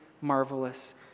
marvelous